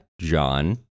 John